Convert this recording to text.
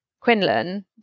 Quinlan